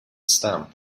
stamp